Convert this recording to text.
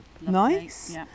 nice